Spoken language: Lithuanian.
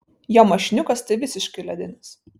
jo mašiniukas tai visiškai ledinis